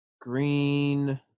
Green